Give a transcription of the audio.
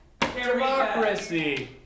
democracy